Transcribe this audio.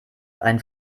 einen